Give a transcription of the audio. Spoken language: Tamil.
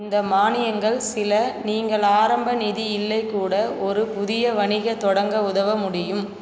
இந்த மானியங்கள் சில நீங்கள் ஆரம்ப நிதி இல்லை கூட ஒரு புதிய வணிக தொடங்க உதவ முடியும்